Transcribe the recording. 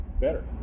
better